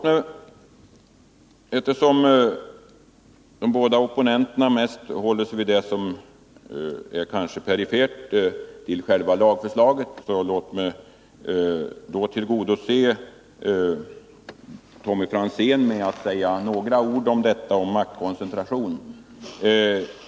De båda opponenterna håller sig mest vid det som kanske är perifert i själva lagförslaget. Låt mig tillgodose Tommy Franzén genom att säga några ord om maktkoncentrationen.